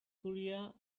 korea